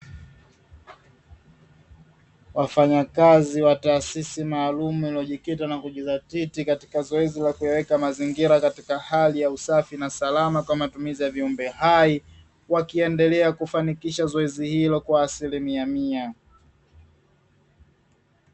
Wafanyakazi wa taasisi maalumu, iliojiza titi katika zoezi ya kuyaweka mazingira katika hali ya safi na salama kwa matumizi ya viumbe hai, wakiendelea kufanikisha zoezi hilo kwa asilimia mia.